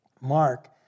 Mark